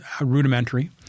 rudimentary